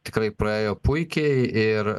tikrai praėjo puikiai ir